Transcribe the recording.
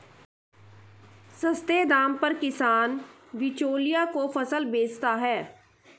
सस्ते दाम पर किसान बिचौलियों को फसल बेचता है